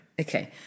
Okay